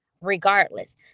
regardless